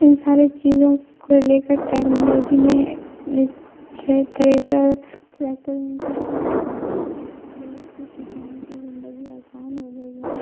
ان سارے چیزوں کو لے کر ٹیکنالوجی نے تھریسر ٹریکٹر ان سب چیزوں کی وجہ سے آج لوگوں کی کسانوں کی زندگی آسان ہو گئی ہے